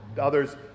others